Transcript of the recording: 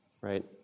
Right